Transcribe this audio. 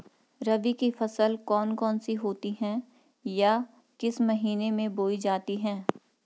रबी की फसल कौन कौन सी होती हैं या किस महीने में बोई जाती हैं?